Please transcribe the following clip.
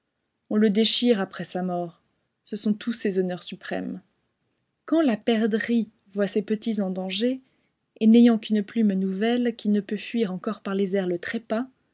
on le déchire après sa mort ce sont tous ses honneurs suprêmes quand la perdrix voit ses petits en danger et n'ayant qu'une plume nouvelle qui ne peut fuir encor par les airs le trépas